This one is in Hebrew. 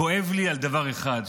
כואב לי על דבר אחד,